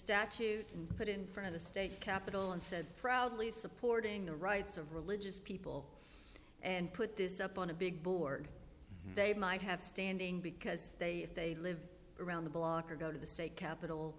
statute and put in front of the state capital and said proudly supporting the rights of religious people and put this up on a big board they might have standing because they if they live around the block or go to the state capit